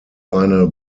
eine